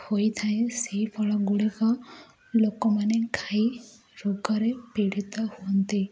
ହୋଇଥାଏ ସେଇ ଫଳ ଗୁଡ଼ିକ ଲୋକମାନେ ଖାଇ ରୋଗରେ ପୀଡ଼ିତ ହୁଅନ୍ତି